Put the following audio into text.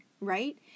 right